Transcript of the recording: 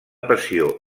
passió